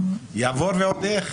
יעבור ועוד איך.